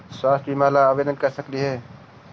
स्वास्थ्य बीमा ला आवेदन कर सकली हे?